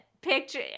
picture